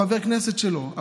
הוא חבר כנסת שלו,